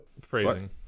Phrasing